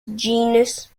genus